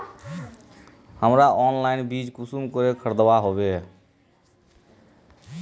हमरा ऑनलाइन बीज कुंसम करे खरीदवा सको ही?